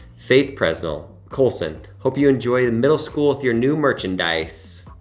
faith presnel, coulson, hope you enjoy and middle school with your new merchandise.